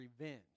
revenge